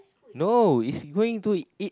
no is going to it